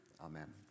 amen